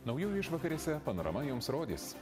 naujųjų išvakarėse panorama jums rodys